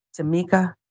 Tamika